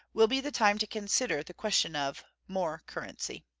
will be the time to consider the question of more currency.